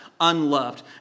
unloved